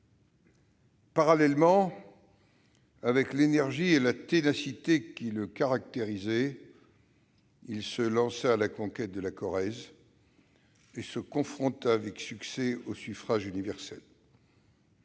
Parallèlement, avec l'énergie et la ténacité qui le caractérisaient, il se lança à la conquête de la Corrèze, se confrontant avec succès au suffrage universel.